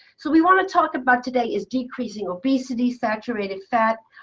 so we want to talk about today is decreasing obesity, saturated fat,